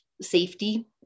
safety